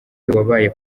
wabaye